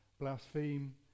blaspheme